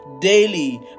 daily